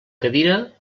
cadira